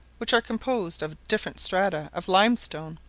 which are composed of different strata of limestone,